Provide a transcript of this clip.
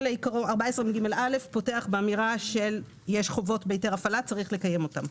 סעיף 14לג(א) פותח באמירה שיש חובות בהיתר הפעלה וצריך לקיים אותן,